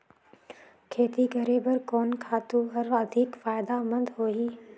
खेती करे बर कोन खातु हर अधिक फायदामंद होही?